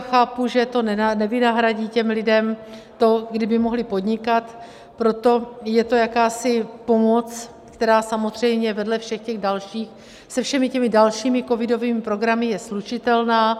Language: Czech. Chápu, že to nevynahradí těm lidem to, kdyby mohli podnikat, proto je to jakási pomoc, která samozřejmě vedle všech těch dalších, se všemi těmi dalšími covidovými programy je slučitelná.